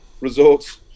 results